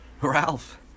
Ralph